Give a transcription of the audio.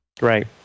right